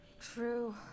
True